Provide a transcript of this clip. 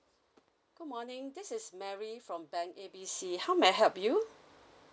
good morning this is mary from bank A B C how may I help you